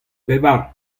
pevar